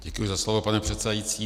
Děkuji za slovo, pane předsedající.